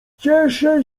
cieszę